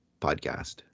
podcast